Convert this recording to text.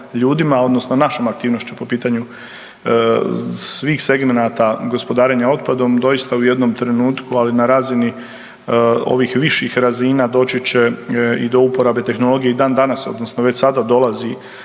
odnosno našom aktivnošću po pitanju svih segmenata gospodarenja otpadom. Doista u jednom trenutku, ali na razini ovih viših razina doći će i do uporabe tehnologije i dan danas odnosno već sada dolazi